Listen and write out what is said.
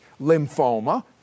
lymphoma